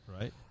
Right